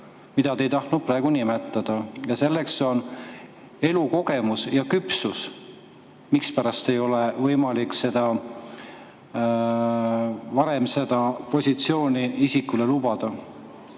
mida te ei tahtnud praegu nimetada, ja selleks on elukogemus ja küpsus, mispärast ei ole võimalik varem seda positsiooni isikule lubada.